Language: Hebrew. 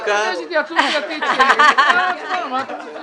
בשעה 11:50 ונתחדשה בשעה